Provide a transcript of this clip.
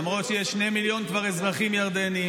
למרות שיש כבר שני מיליון אזרחים ירדנים,